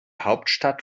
hauptstadt